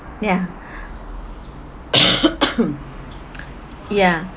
ya ya